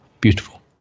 beautiful